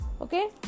Okay